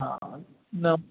हा हा न